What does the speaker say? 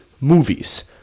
movies